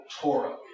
Torah